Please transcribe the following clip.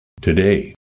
today